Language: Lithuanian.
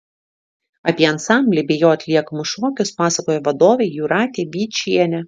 apie ansamblį bei jo atliekamus šokius pasakojo vadovė jūratė vyčienė